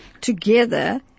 together